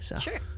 Sure